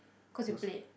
cause you played